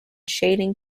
shading